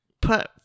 put